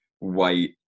white